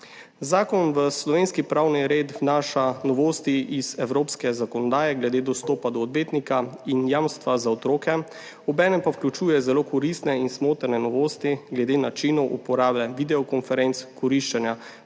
Zakon v slovenski pravni red vnaša novosti iz evropske zakonodaje glede dostopa do odvetnika in jamstva za otroke, obenem pa vključuje zelo koristne in smotrne novosti glede načinov uporabe videokonferenc, koriščenja